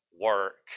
work